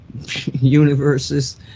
universes